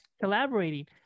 collaborating